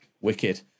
Wicked